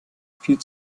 viel